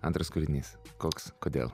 antras kūrinys koks kodėl